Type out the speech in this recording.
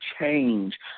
change